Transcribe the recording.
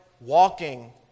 walking